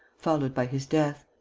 followed by his death.